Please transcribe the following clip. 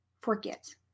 forget